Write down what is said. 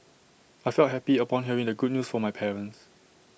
I felt happy upon hearing the good news from my parents